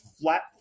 flat